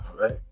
right